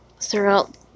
throughout